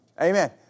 Amen